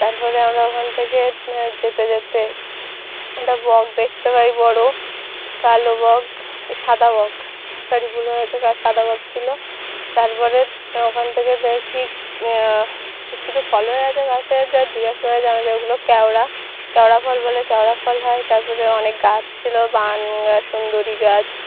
তারপরে আমরা ওখান থেকে যেতে যেতে একটা বক দেখতে পাই বড় কালো বক সাদা বক সরি ভুল হয়ে গেছে সাদা বক ছিল তারপরে ওখান থেকে দেখি কিছু ফল হয়ে আছে গাছের যার জিজ্ঞেস কর জানা যায় ওগুলো কেওড়া কেওড়া ফল বলে কেওড়া ফল হয় তারপরে অনেক গাছ ছিল বান গা সুন্দরী গাছ